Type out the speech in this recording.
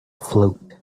float